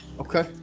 Okay